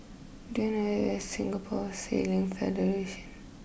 do you know where is Singapore Sailing Federation